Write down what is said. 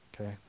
okay